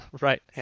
Right